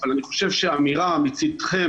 אבל אני חושב שאמירה מצדכם,